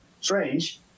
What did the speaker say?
strange